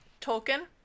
Tolkien